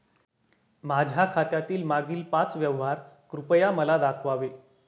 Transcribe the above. माझ्या खात्यातील मागील पाच व्यवहार कृपया मला दाखवावे